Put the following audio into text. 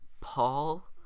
Paul